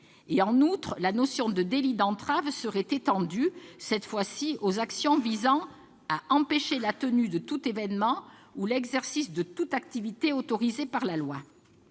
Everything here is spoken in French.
». En outre, la notion de délit d'entrave serait étendue, cette fois aux actions visant à « empêcher la tenue de tout évènement ou l'exercice de toute activité autorisée par la loi